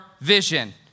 vision